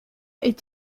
est